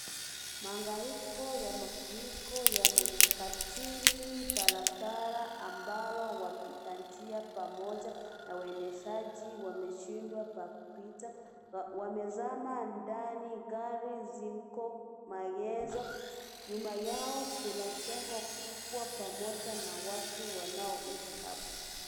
Mahangaiko ya mafuriko yamekatiri barabara ambalo wapita njia pamoja na waendeshaji wameshindwa pa kupita. Wamezama ndani, gari ziko maegezo. Nyuma yao kuna jengo kubwa pamoja na watu wanaoishi hapo.